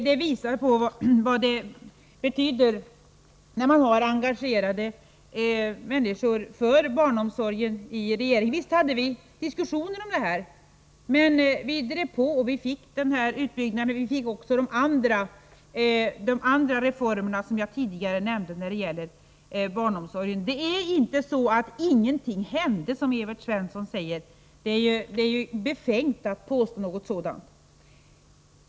Det visar vad det betyder när man har människor som är engagerade för barnomsorgen i regeringen. Visst hade vi diskussioner om det här, men vi drev på och fick igenom utbyggnaden och också de andra reformer i fråga om barnomsorgen som jag tidigare nämnde. Det är inte så, att ingenting hände, som Evert Svensson säger. Det är befängt att påstå något sådant.